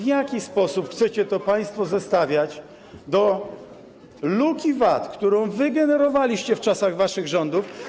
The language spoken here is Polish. W jaki sposób chcecie to państwo zestawiać z luką VAT, którą wygenerowaliście w czasach waszych rządów?